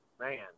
man